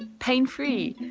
pain free,